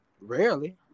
Rarely